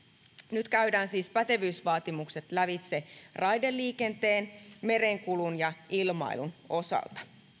nyt käydään siis pätevyysvaatimukset lävitse raideliikenteen merenkulun ja ilmailun osalta